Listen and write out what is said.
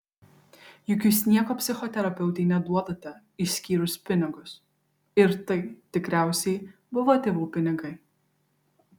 juk jūs nieko psichoterapeutei neduodate išskyrus pinigus ir tai tikriausiai buvo tėvų pinigai